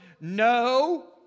No